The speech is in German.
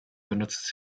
benutzt